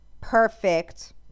Perfect